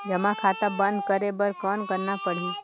जमा खाता बंद करे बर कौन करना पड़ही?